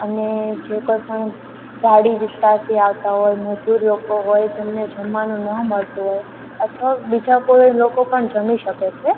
અને જે કોઈપણ ગાડી વિસ્તારથી આવતા હોય મજૂર લોકો હોય જેમને જમવાનું ન મળતું હોય અથવા બીજા કોઈ લોકો પણ જમી શકે છે